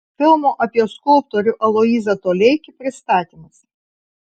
filmo apie skulptorių aloyzą toleikį pristatymas